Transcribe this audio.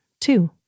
two